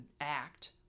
act